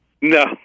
No